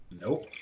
Nope